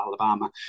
Alabama